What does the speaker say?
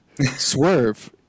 swerve